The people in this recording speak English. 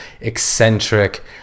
eccentric